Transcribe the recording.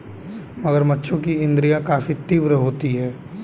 मगरमच्छों की इंद्रियाँ काफी तीव्र होती हैं